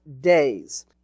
days